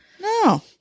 No